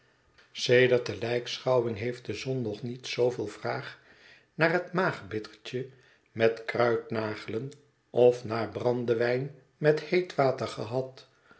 sedert de lijkschouwing heeft de zon nog niet zooveel vraag naar het maagbittertje met kruidnagelen of naar brandewijn met heet water gehad